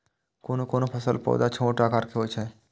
कोनो कोनो फलक पौधा छोट आकार के होइ छै